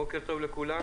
בוקר טוב לכולם,